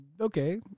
Okay